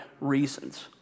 reasons